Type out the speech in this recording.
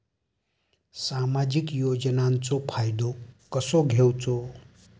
सामाजिक योजनांचो फायदो कसो घेवचो?